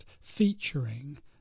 featuring